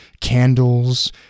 candles